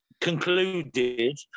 concluded